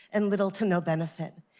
and little to no benefit.